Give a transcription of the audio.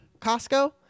Costco